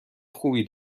خوبی